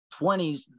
20s